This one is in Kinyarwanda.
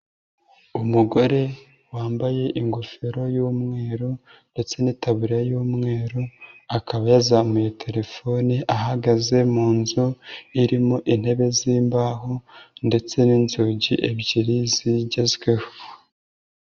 Umugore wambaye ingofero y'umweru ndetse n'itaburiya y'umweru, akaba yazamuye telefone ahagaze mu nzu irimo intebe z'imbaho, ndetse n'inzugi ebyiri zigezweho.